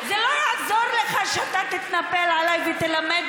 זה לא יעזור לך שאתה תתנפל עליי ותלמד